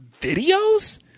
videos